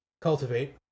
cultivate